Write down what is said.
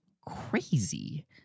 crazy